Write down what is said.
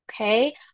okay